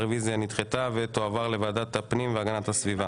הרוויזיה נדחתה ותועבר לוועדת הפנים והגנת הסביבה.